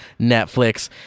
netflix